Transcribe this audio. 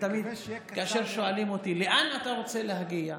תמיד כאשר שואלים אותי: לאן אתה רוצה להגיע?